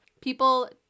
People